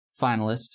finalist